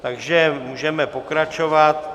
Takže můžeme pokračovat.